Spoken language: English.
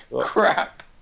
crap